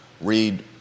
Read